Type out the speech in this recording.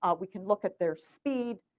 ah we can look at their speed,